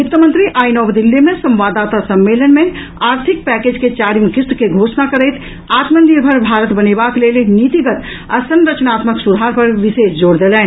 वित्त मंत्री आई नव दिल्ली मे संवाददाता सम्मेलन मे आर्थिक पैकेज के चारिम किश्त के घोषणा करैत आत्मनिर्भर भारत बनेबाक लेल नीतिगत आ संरचनात्मक सुधार पर विशेष जोर देलनि